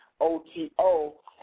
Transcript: OTO